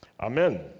Amen